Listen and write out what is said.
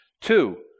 Two